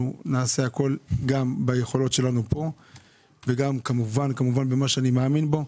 נעשה הכול גם ביכולות שלנו פה וגם כמובן במה שאני מאמין בו,